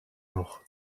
noch